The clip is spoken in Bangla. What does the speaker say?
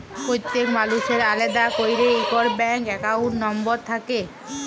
প্যত্তেক মালুসের আলেদা ক্যইরে ইকট ব্যাংক একাউল্ট লম্বর থ্যাকে